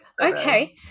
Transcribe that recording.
okay